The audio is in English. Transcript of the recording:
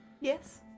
Yes